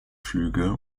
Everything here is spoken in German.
flüge